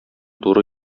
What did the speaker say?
туры